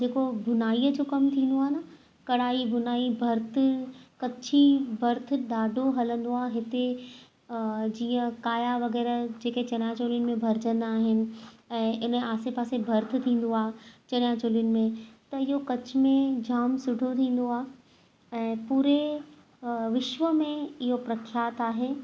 जे को भुनाईअ जो कमु थींदो आहे न कढ़ाई भुनाई भर्तु कच्छी भर्थु ॾाढो हलंदो आहे हिते जीअं काया वग़ैरह जे के चणिया चोलियुनि में भरिजंदा आहिनि ऐं हिनजे आसे पासे भर्थु थींदो आहे चणिया चोलियुनि में त इहो कच्छ में जाम सुठो थींदो आहे ऐं पूरे विश्व में इहो प्रख्यात आहे